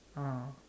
ah